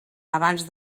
abans